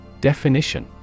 Definition